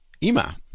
ima